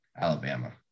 Alabama